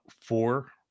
four